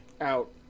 Out